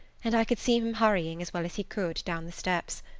and i could see him hurrying, as well as he could, down the steps.